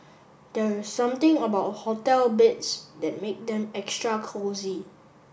there is something about hotel beds that make them extra cosy